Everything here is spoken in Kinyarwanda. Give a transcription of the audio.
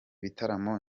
bitaramo